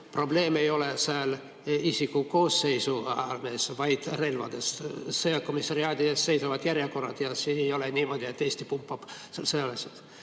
probleem ei ole seal isikkoosseisu arvudes, vaid relvades. Sõjakomissariaadi ees seisavad järjekorrad ja see ei ole niimoodi, et Eesti pumpab sealt sõjaväelasi.